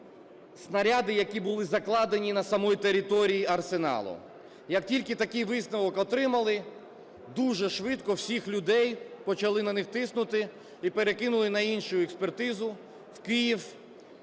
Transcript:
снаряди, які були закладені на самій території арсеналу. Як тільки такий висновок отримали, дуже швидко всіх людей, почали на них тиснути і перекинули на іншу експертизу в Київ,